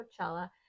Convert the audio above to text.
Coachella